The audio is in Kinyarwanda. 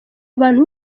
abantu